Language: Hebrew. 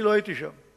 אני לא הייתי שם.